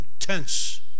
intense